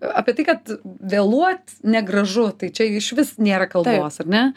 apie tai kad vėluot negražu tai čia išvis nėra kalbos ar ne